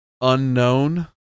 unknown